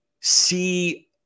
see